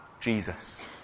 Jesus